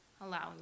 allowing